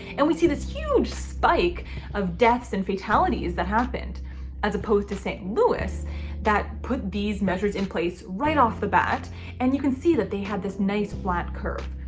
and we see this huge spike of deaths and fatalities that happened as opposed to st. louis that put these measures in place right off the bat and you can see that they had this nice flat curve.